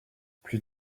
plus